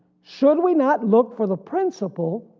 should we not look for the principle